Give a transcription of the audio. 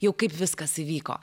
jau kaip viskas įvyko